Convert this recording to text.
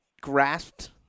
grasped